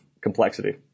complexity